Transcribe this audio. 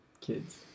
kids